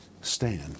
stand